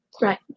Right